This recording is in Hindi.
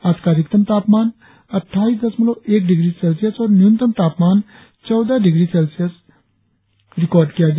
आज का अधिकतम तापमान अटठाईस दशमलव एक डिग्री सेल्सियस और न्यूनतम तापमान चौदह दशमलव पांच डिग्री सेल्सियस रिकार्ड किया गया